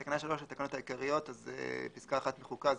בתקנה 3 לתקנות העיקריות פסקה (1) מחוקה.